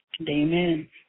Amen